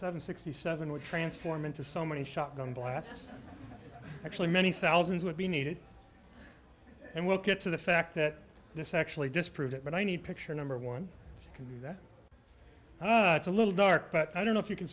seven sixty seven would transform into so many shotgun blasts actually many thousands would be needed and will get to the fact that this actually disproved it but i need picture number one that it's a little dark but i don't know if you can